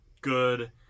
good